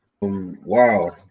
wow